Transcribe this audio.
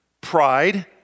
pride